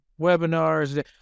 webinars